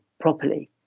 properly